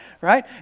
right